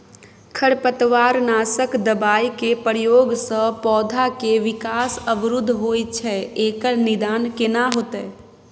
खरपतवार नासक दबाय के प्रयोग स पौधा के विकास अवरुध होय छैय एकर निदान केना होतय?